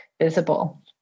visible